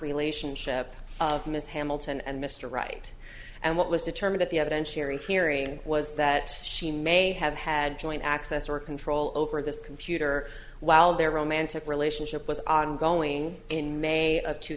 relationship of ms hamilton and mr wright and what was determined at the evidence hearing hearing was that she may have had joint access or control over this computer while their romantic relationship was ongoing in may of two